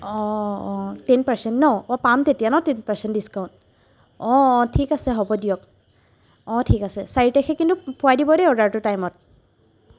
অ' অ' ten percent ন অ' পাম তেতিয়া ন টেন পাৰ্চেণ্ট ডিছকাউণ্ট অ' অ' ঠিক আছে হ'ব দিয়ক অ' ঠিক আছে চাৰি তাৰিখে কিন্তু পোৱাই দিব দেই অৰ্ডাৰটো টাইমত